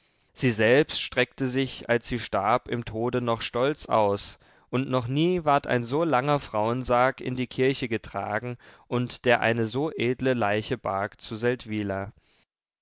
sie selbst streckte sich als sie starb im tode noch stolz aus und noch nie ward ein so langer frauensarg in die kirche getragen und der eine so edle leiche barg zu